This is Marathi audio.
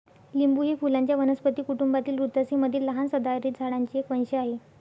लिंबू हे फुलांच्या वनस्पती कुटुंबातील रुतासी मधील लहान सदाहरित झाडांचे एक वंश आहे